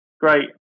Great